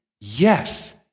Yes